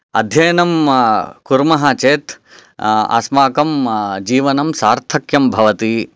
अध्ययनं कुर्मः चेत् अस्माकं जीवनं सार्थक्यं भवति